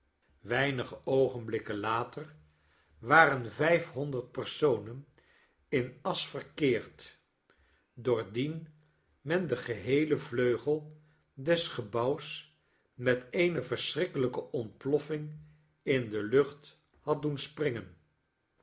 weinige oogenblikken later waren vijf honderd personen in asch verkeerd doordien men den geheelen vleugel des gebouws met eene verschrikkelijke ontplofflng in de lucht had doen springen